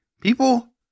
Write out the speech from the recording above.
People